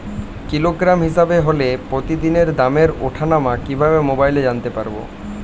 Kilogram হিসাবে হলে প্রতিদিনের দামের ওঠানামা কিভাবে মোবাইলে জানতে পারবো?